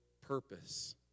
purpose